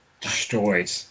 destroyed